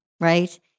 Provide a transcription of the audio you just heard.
right